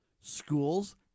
schools